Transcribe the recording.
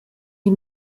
die